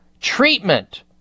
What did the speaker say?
treatment